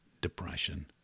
depression